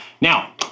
Now